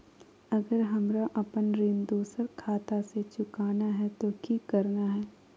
अगर हमरा अपन ऋण दोसर खाता से चुकाना है तो कि करना है?